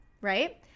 right